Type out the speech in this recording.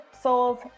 Souls